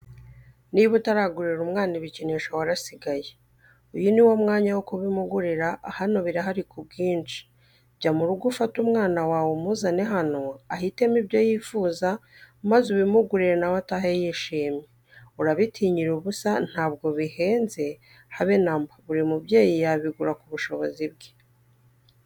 Niba utaragurira umwana ibikinisho warasigaye uyu niwo mwanya wo kubimugurira hano birahari kubwinshi jya murugo ufate umwana wawe umuzane hano ahitemo ibyo yifuza maze ubimuguriri nawe atahe yishimye urabitinyira ubusa ntabwo bihenze habe namba buri mubyeyi yabigura kubushobozi bwe.